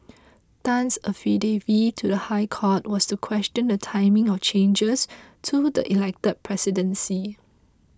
Tan's affidavit to the High Court was to question the timing of changes to the elected presidency